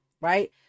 right